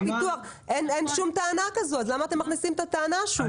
אין שום טענה כזו, אז למה אתם מכניסים אותה שוב?